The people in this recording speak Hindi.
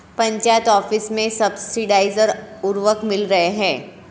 पंचायत ऑफिस में सब्सिडाइज्ड उर्वरक मिल रहे हैं